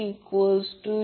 तर हे भगिले f आहे